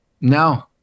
no